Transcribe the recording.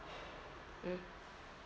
mm